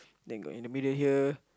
then got in the middle here